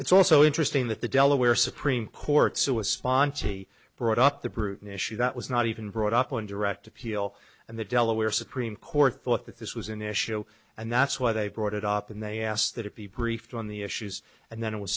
it's also interesting that the delaware supreme court so a sponte brought up the proven issue that was not even brought up on direct appeal and the delaware supreme court thought that this was an issue and that's why they brought it up and they asked that it be briefed on the issues and then it was